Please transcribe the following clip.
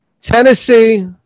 Tennessee